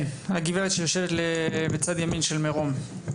כן, הגברת שיושבת בצד ימין של מירום.